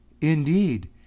indeed